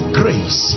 grace